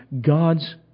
God's